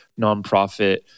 nonprofit